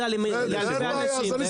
אתה סוגר מקומות עבודה לאלפי אנשים.